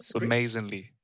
amazingly